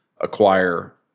acquire